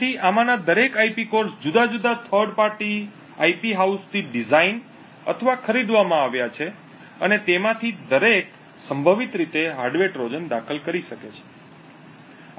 તેથી આમાંના દરેક IP cores જુદા જુદા થર્ડ પાર્ટી IP હાઉસથી ડિઝાઇન અથવા ખરીદવામાં આવ્યા છે અને તેમાંથી દરેક સંભવિત રીતે હાર્ડવેર ટ્રોજન દાખલ કરી શકે છે